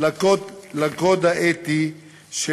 לקוד האתי של